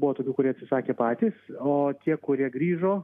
buvo tokių kurie atsisakė patys o tie kurie grįžo